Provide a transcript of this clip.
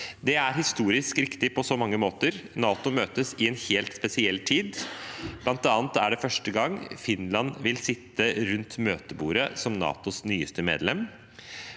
Det er historisk viktig på så mange måter. NATO møtes i en helt spesiell tid. Blant annet er det første gang Finland vil sitte rundt møtebordet, som NATOs nyeste medlem,